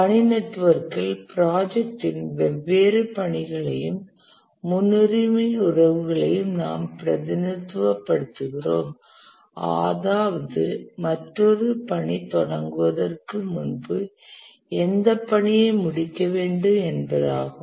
பணி நெட்வொர்க்கில் ப்ராஜெக்டின் வெவ்வேறு பணிகளையும் முன்னுரிமை உறவுகளையும் நாம் பிரதிநிதித்துவப்படுத்துகிறோம் அதாவது மற்றொரு பணி தொடங்குவதற்கு முன்பு எந்த பணியை முடிக்க வேண்டும் என்பதாகும்